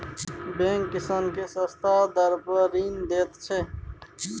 bank किसान केँ सस्ता दर पर ऋण दैत छै